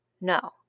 no